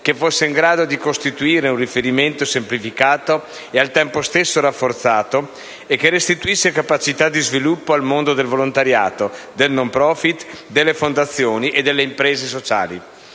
che fosse in grado di costituire un riferimento semplificato e al tempo stesso rafforzato e che restituisse capacità di sviluppo al mondo del volontariato, del *no profìt*, delle fondazioni e delle imprese sociali.